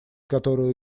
которую